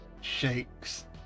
shakes